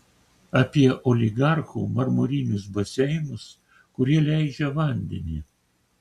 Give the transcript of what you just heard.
apie oligarchų marmurinius baseinus kurie leidžia vandenį